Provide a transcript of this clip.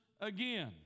again